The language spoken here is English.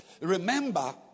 Remember